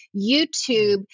YouTube